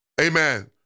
Amen